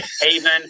haven